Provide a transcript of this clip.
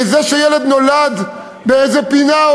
זה שילד נולד באיזו פינה,